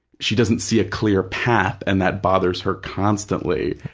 she doesn't see a clear path and that bothers her constantly.